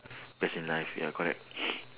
best in life ya correct